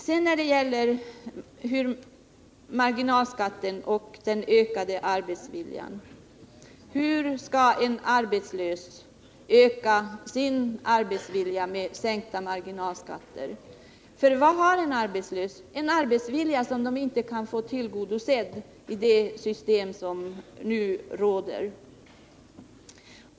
Sedan till frågan om marginalskatten och den ökade arbetsviljan. Hur skall en arbetslös kunna öka sin arbetsvilja med sänkta marginalskatter? För vad har en arbetslös? Jo, han har en arbetsvilja som han inte kan få tillgodosedd i det system som nu råder.